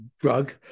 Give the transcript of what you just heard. drug